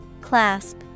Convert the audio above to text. Clasp